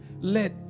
let